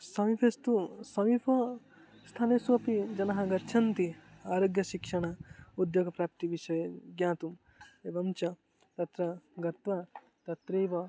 समीपे तु समीपं स्थानेषु अपि जनाः गच्छन्ति आरोग्यशिक्षणं उद्योगप्राप्तिविषये ज्ञातुम् एवं च अत्र गत्वा तत्रैव